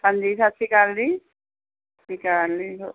ਹਾਂਜੀ ਸਤਿ ਸ਼੍ਰੀ ਅਕਾਲ ਜੀ ਸਤਿ ਸ਼੍ਰੀ ਅਕਾਲ ਜੀ ਹੋ